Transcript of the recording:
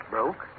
Broke